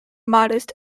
modest